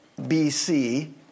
BC